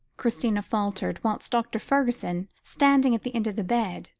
christina faltered, whilst dr. fergusson, standing at the end of the bed,